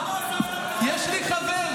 למה לא הקשבתם להם, יש לי חבר,